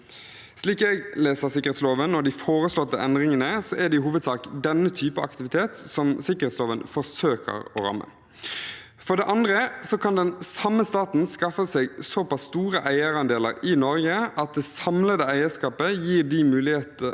Slik jeg leser sikkerhetsloven og de foreslåtte endringene, er det i hovedsak denne typen aktivitet som sikkerhetsloven forsøker å ramme. For det andre kan den samme staten skaffe seg såpass store eierandeler i Norge at det samlede eierskapet gir dem mulighet